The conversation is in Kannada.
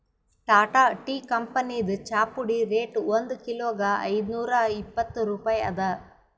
ಟಾಟಾ ಟೀ ಕಂಪನಿದ್ ಚಾಪುಡಿ ರೇಟ್ ಒಂದ್ ಕಿಲೋಗಾ ಐದ್ನೂರಾ ಇಪ್ಪತ್ತ್ ರೂಪಾಯಿ ಅದಾ